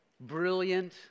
brilliant